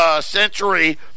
century